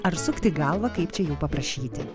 ar sukti galvą kaip čia jų paprašyti